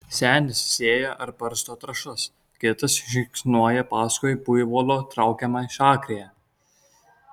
senis sėja ar barsto trąšas kitas žingsniuoja paskui buivolo traukiamą žagrę